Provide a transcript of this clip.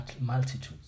multitudes